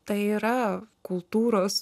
tai yra kultūros